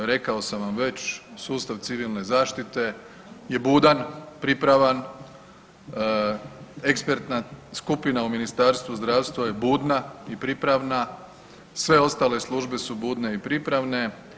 Rekao sam vam već sustav civilne zaštite je budan, pripravan, ekspertna skupina u Ministarstvu zdravstva je budna i pripravna, sve ostale službe su budne i pripravne.